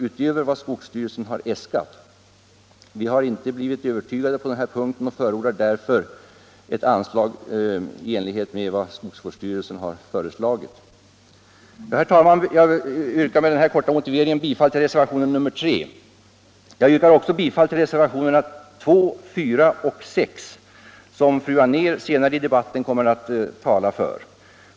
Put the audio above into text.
utöver vad skogsstyrelsen har äskat. Vi har inte blivit övertygade på den här punkten och förordar därför ett anslag i enlighet med vad skogsstyrelsen har föreslagit. Herr talman! Jag yrkar med den här korta motiveringen bifall till reservationen 3. Jag yrkar också bifall till reservationerna 4 och 6, som fru Anér senare i debatten kommer att tala för.